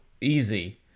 easy